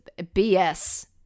BS